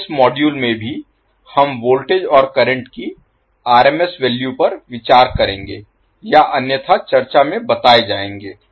तो इस मॉड्यूल में भी हम वोल्टेज और करंट की आरएमएस वैल्यू पर विचार करेंगे या अन्यथा चर्चा में बताए जाएंगे